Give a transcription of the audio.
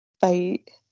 fight